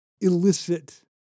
illicit